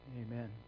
amen